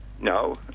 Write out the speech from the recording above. No